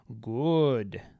Good